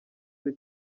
cyo